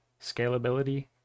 scalability